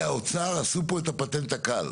האוצר עשו פה את הפטנט הקל.